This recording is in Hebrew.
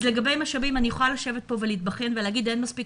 לגבי משאבים אני יכולה לשבת פה ולהתבכיין ולהגיד שאין מספיק